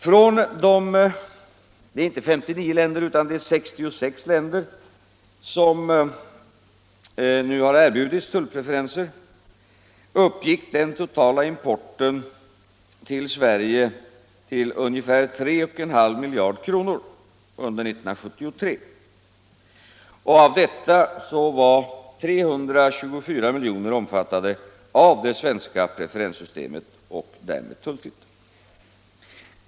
Från de länder — inte 59 utan 66 - som nu har erbjudits tullpreferenser uppgick den totala importen till Sverige till ungefär 3,5 miljarder kronor under 1973. Av detta belopp omfattades 324 milj.kr. av det svenska preferenssystemet och därmed av tullfrihet.